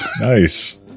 Nice